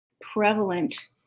prevalent